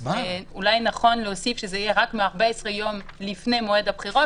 אולי נכון להוסיף שזה יהיה רק מ-14 יום לפני מועד הבחירות,